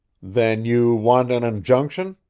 then you want an injunction?